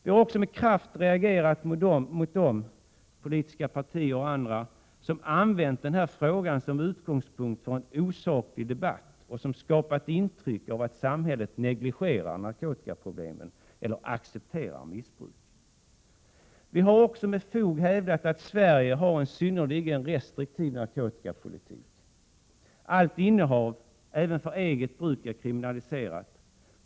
Vi har också med kraft reagerat mot dem — politiska partier och andra — som har använt denna fråga som utgångspunkt för en osaklig debatt och skapat intryck av att samhället negligerar narkotikaproblemen eller accepterar missbruk. Vi har också med fog hävdat att Sverige har en synnerligen restriktiv narkotikapolitik. Allt innehav, även för eget bruk, är kriminaliserat.